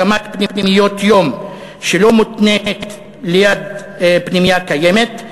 הקמת פנימיות-יום שלא מותנית בהקמה ליד פנימייה קיימת,